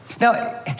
Now